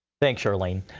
thanks, charlene.